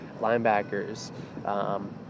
linebackers